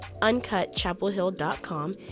uncutchapelhill.com